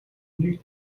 нэг